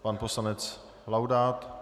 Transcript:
Pan poslanec Laudát.